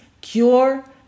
cure